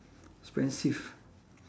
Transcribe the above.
expensive